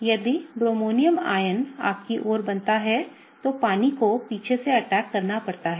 यदि bromonium ion आपकी ओर बनता है तो पानी को पीछे से अटैक करना पड़ता है